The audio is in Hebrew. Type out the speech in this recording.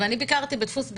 ואני ביקרתי בדפוס "בארי",